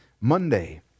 Monday